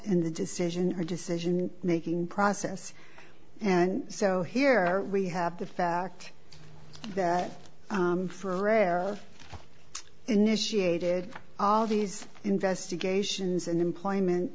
in the decision or decision making process and so here we have the fact that for a rare initiated these investigations and employment